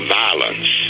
violence